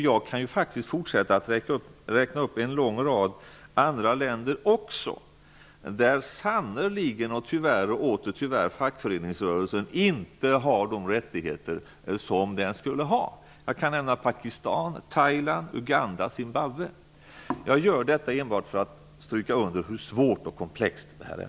Jag kan fortsätta att räkna upp en lång rad andra länder, där fackföreningsrörelsen sannerligen inte, och tyvärr inte, har de rättigheter som den skulle ha. Jag kan också nämna Pakistan, Thailand, Uganda och Zimbabwe. Jag gör detta enbart för att stryka under hur svårt och komplext detta är.